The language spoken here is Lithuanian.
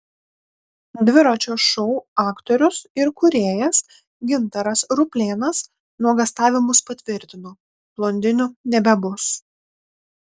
dviračio šou aktorius ir kūrėjas gintaras ruplėnas nuogąstavimus patvirtino blondinių nebebus